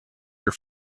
your